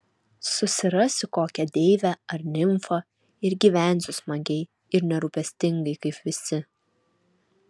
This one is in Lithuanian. susirasiu kokią deivę ar nimfą ir gyvensiu smagiai ir nerūpestingai kaip visi